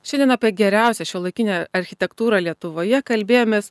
šiandien apie geriausią šiuolaikinę architektūrą lietuvoje kalbėjomės